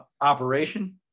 operation